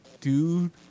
dude